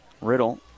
Riddle